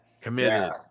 Commit